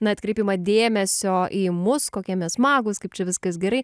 na atkreipiamą dėmesio į mus kokie mes smagūs kaip čia viskas gerai